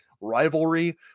rivalry